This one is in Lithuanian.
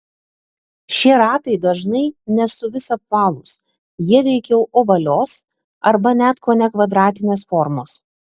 šie ratai dažnai ne suvis apvalūs jie veikiau ovalios arba net kone kvadratinės formos